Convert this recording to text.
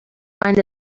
find